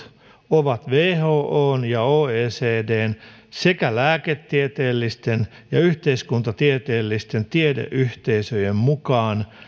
ovat whon ja oecdn sekä lääketieteellisten ja yhteiskuntatieteellisten tiedeyhteisöjen mukaan